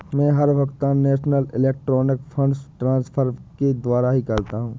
मै हर भुगतान national electronic funds transfer के द्वारा ही करता हूँ